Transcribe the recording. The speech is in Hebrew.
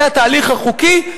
זה התהליך החוקי,